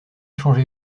changer